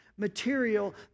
Material